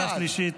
קריאה שלישית.